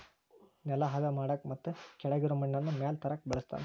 ನೆಲಾ ಹದಾ ಮಾಡಾಕ ಮತ್ತ ಕೆಳಗಿರು ಮಣ್ಣನ್ನ ಮ್ಯಾಲ ತರಾಕ ಬಳಸ್ತಾರ